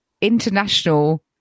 International